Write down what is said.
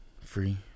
Free